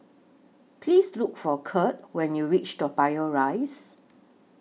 Please Look For Kirt when YOU REACH Toa Payoh Rise